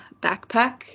backpack